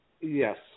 Yes